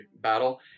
battle